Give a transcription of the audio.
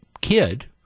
kid